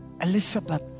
Elizabeth